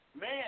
Man